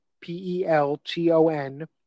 P-E-L-T-O-N